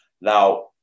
Now